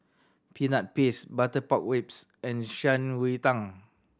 Peanut Paste butter pork ribs and Shan Rui Tang